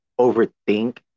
overthink